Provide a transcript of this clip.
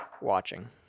watching